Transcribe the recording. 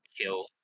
kill